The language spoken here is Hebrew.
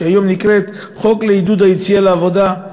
שהיום נקראת חוק לעידוד היציאה לעבודה,